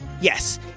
yes